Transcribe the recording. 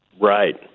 Right